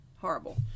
horrible